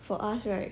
for us right